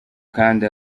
kandi